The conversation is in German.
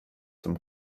zum